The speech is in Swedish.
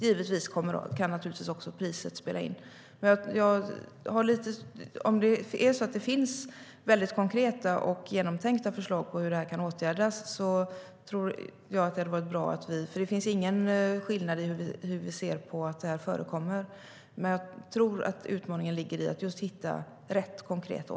Givetvis kan även priset spela in.